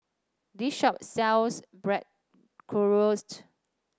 this shop sells